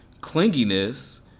clinginess